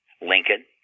Lincoln